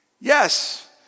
Yes